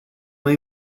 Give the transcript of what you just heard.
mai